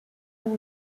und